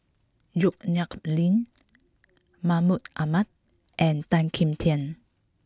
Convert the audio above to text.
Yong Nyuk Lin Mahmud Ahmad and Tan Kim Tian